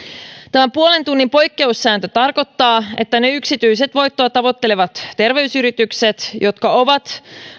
tämä puolen tunnin poikkeussääntö tarkoittaa että ne yksityiset voittoa tavoittelevat terveysyritykset jotka ovat